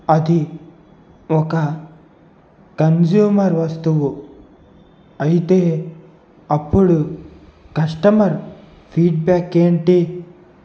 అది ఒక కన్స్యూమర్ వస్తువు అయితే అప్పుడు కస్టమర్ ఫీడ్ బ్యాక్ ఏంటి